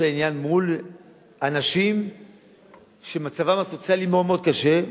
עניין מול אנשים שמצבם הסוציאלי מאוד מאוד קשה,